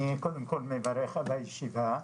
אני קודם כל מברך על הישיבה.